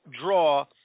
draw